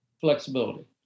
flexibility